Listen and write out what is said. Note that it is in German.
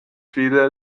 viele